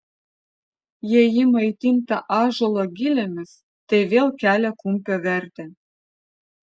jei ji maitinta ąžuolo gilėmis tai vėl kelia kumpio vertę